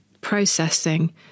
processing